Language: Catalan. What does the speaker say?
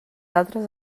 altres